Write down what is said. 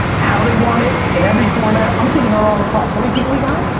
how they want it, in every format. i'm taking out all the costs. how many people we got?